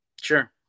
Sure